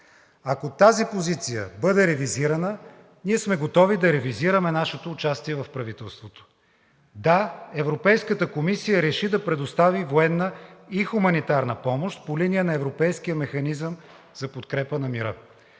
Ако тази позиция бъде ревизирана, ние сме готови да ревизираме нашето участие в правителството. Да, Европейската комисия реши да предостави военна и хуманитарна помощ по линия на Европейския механизъм за подкрепа на мира.